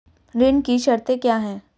ऋण की शर्तें क्या हैं?